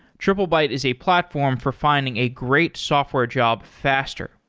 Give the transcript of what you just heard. triplebyte is a platform for finding a great software job faster.